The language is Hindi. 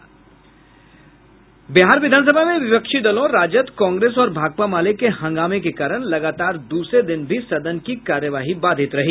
विधान सभा में विपक्षी दलों राजद कांग्रेस और भाकपा माले के हंगामे के कारण लगातार द्रसरे दिन भी सदन की कार्यवाही बाधित रही